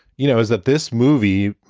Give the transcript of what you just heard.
you know, is that this movie,